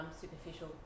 superficial